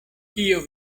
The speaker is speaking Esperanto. kio